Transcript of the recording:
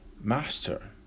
master